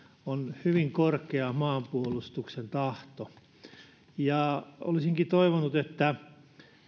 on hyvin korkea maanpuolustuksen tahto olisinkin toivonut että